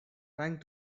trying